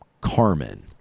Carmen